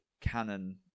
canon